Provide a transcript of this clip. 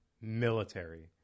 military